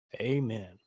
Amen